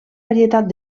varietat